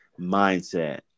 mindset